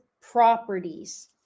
properties